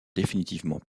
définitivement